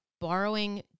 borrowing